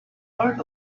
part